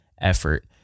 effort